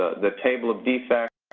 the table of defects,